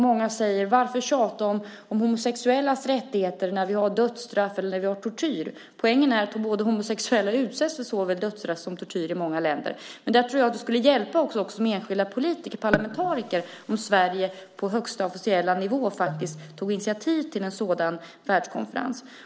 Många säger: Varför tjata om homosexuellas rättigheter när vi har dödsstraff eller tortyr? Poängen är att homosexuella utsätts för både dödsstraff och tortyr i många länder. Där tror jag att det skulle hjälpa om enskilda politiker och parlamentariker från Sverige på högsta officiella nivå tog initiativ till en världskonferens.